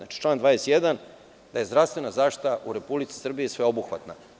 Znači, član 21. da je zdravstvena zaštita u Republici Srbiji sveobuhvatna.